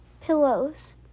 pillows